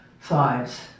thighs